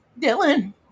Dylan